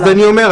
אז אני אומר,